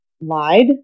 lied